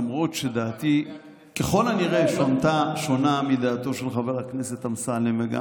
למרות שדעתי ככל הנראה שונה מדעתו של חבר הכנסת אמסלם וגם